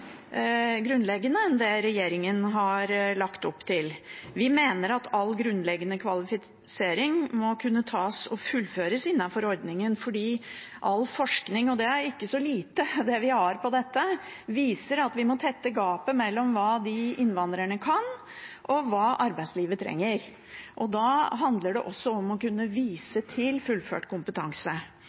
grunnleggende enn det regjeringen har lagt opp til. Vi mener at all grunnleggende kvalifisering må kunne tas og fullføres innenfor ordningen. All forskning – og det er ikke så lite vi har på dette – viser at vi må tette gapet mellom hva innvandrerne kan, og hva arbeidslivet trenger. Da handler det også om å kunne vise til fullført kompetanse.